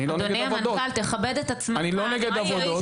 אני לא נגד עבודות.